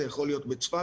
זה יכול להיות בצפת,